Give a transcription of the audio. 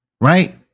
Right